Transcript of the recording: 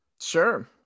sure